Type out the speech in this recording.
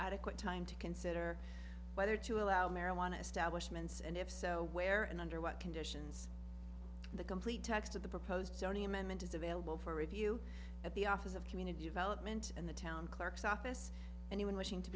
adequate time to consider whether to allow marijuana establishments and if so where and under what conditions the complete text of the proposed journey amendment is available for review at the office of community development in the town clerk's office anyone wishing to